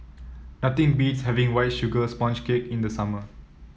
nothing beats having White Sugar Sponge Cake in the summer